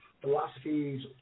philosophies